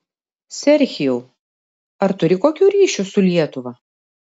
serhijau ar turi kokių ryšių su lietuva